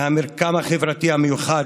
מהמרקם החברתי המיוחד,